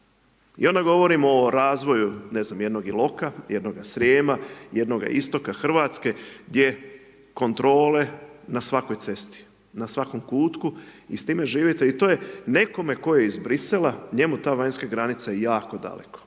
I onda govorimo o razvoju, ne znam, jednoga Iloka, jednoga Srijema, jednoga istoka RH, gdje kontrole na svakoj cesti, na svakom kutku i s time živite. I to je nekome tko je iz Brisela, njemu ta vanjska granica je jako daleko,